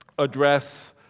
address